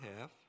half